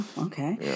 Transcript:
Okay